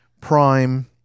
prime